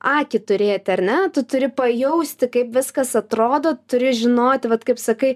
akį turėti ar ne tu turi pajausti kaip viskas atrodo turi žinoti vat kaip sakai